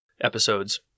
episodes